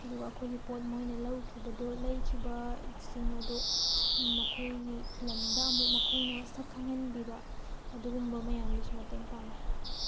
ꯑꯗꯨꯒ ꯑꯩꯈꯣꯒꯤ ꯄꯣꯠ ꯃꯣꯏꯅ ꯂꯧꯈꯤꯕꯗꯨ ꯂꯩꯈꯤꯕꯁꯤꯡ ꯑꯗꯨ ꯃꯈꯣꯏꯒꯤ ꯂꯝꯗ ꯑꯃꯨꯛ ꯃꯈꯣꯏꯅ ꯁꯛ ꯈꯪꯍꯟꯕꯤꯕ ꯑꯗꯨꯒꯨꯝꯕ ꯃꯌꯥꯝꯗꯁꯨ ꯃꯇꯦꯡ ꯄꯥꯡꯏ